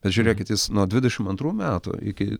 bet žiūrėkit jis nuo dvidešim antrų metų iki